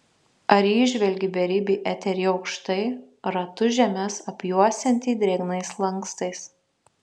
ar įžvelgi beribį eterį aukštai ratu žemes apjuosiantį drėgnais lankstais